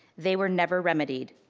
they were never remedied.